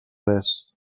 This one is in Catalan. res